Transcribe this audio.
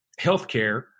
healthcare